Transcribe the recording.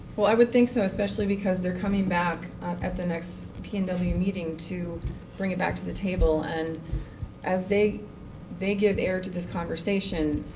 well, i would think so especially because they're coming back at the next p and w meeting to bring it back to the table. and as they they give air to this conversation,